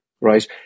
Right